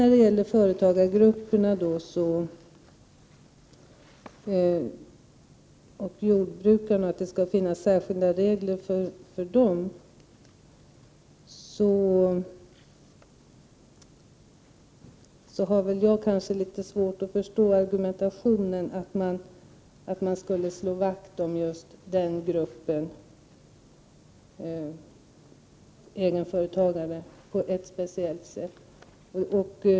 Vad beträffar förslagen om särskilda regler för olika företagargrupper och jordbrukare har jag litet svårt att förstå argumentationen att man bör slå vakt om just egenföretagare på ett speciellt sätt.